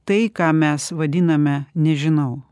tai ką mes vadiname nežinau